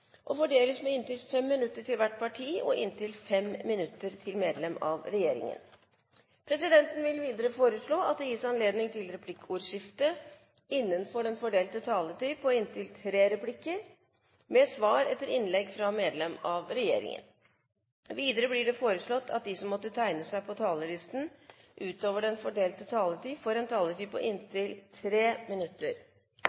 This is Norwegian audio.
og fordeles med inntil 5 minutter til hvert parti og inntil 5 minutter til medlem av regjeringen. Presidenten vil videre foreslå at det gis anledning til replikkordskifte på inntil tre replikker med svar etter innlegg fra medlem av regjeringen innenfor den fordelte taletid. Videre blir det foreslått at de som måtte tegne seg på talerlisten utover den fordelte taletid, får en taletid på